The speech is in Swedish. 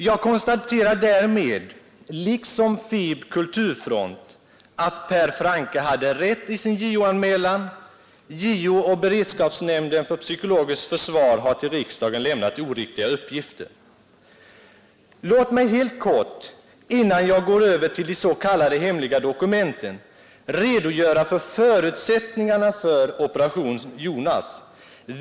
Jag konstaterar därmed — liksom Folket i Bild kulturfront — att Per Francke hade rätt i sin JO-anmälan. JO och beredskapsnämnden för psykologiskt försvar har till riksdagen lämnat oriktiga uppgifter. Låt mig helt kort — innan jag går över till de s.k. hemliga dokumenten — redogöra för förutsättningarna för Operation Jonas.